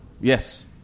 Yes